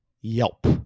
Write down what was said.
Yelp